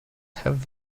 have